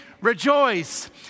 rejoice